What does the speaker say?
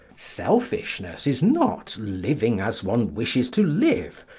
selfishness is not living as one wishes to live,